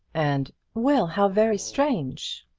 and well, how very strange!